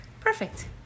perfect